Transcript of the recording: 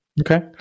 Okay